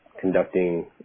conducting